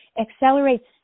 accelerates